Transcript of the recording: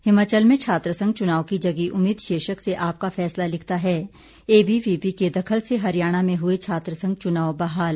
हिमाचल में छात्र संघ चुनाव की जगी उम्मीद शीर्षक से आपका फैसला लिखता है एबीवीपी के दखल से हरियाणा में हुए छात्र संघ चुनाव बहाल